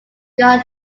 god